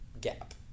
gap